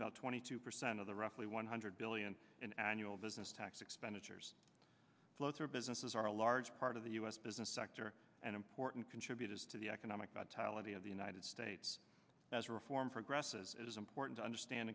about twenty two percent of the roughly one hundred billion in annual business tax expenditures closer businesses are a large part of the u s business sector an important contributors to the economic vitality of the united states as reform progresses it is important to understand